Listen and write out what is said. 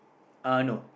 uh no